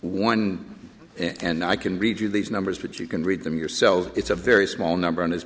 one and i can read you these numbers but you can read them yourself it's a very small number on his